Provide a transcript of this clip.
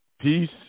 Peace